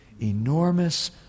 enormous